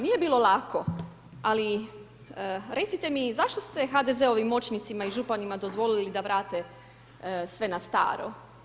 Nije bilo lako ali recite mi zašto ste HDZ-ovim moćnicima i županima dozvolili da vrate sve na staro?